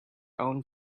own